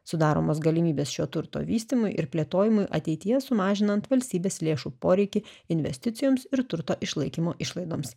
sudaromos galimybės šio turto vystymui ir plėtojimui ateityje sumažinant valstybės lėšų poreikį investicijoms ir turto išlaikymo išlaidoms